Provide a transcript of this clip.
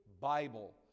Bible